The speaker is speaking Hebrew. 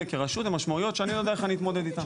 כרשות הן משמעויות שאני לא יודע איך אני אתמודד איתם.